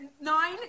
nine